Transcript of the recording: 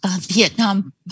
Vietnam